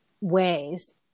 ways